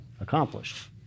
accomplished